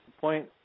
point